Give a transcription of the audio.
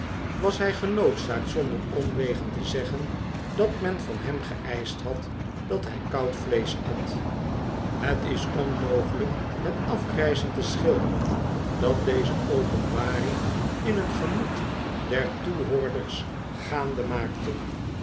was hij genoodzaakt zonder omwegen te zeggen dat men van hem geeischt had dat hij koud vleesch at het is onmogelijk het afgrijzen te schilderen dat deze openbaring in het gemoed der toehoorders gaande maakte